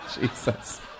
Jesus